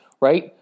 right